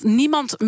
niemand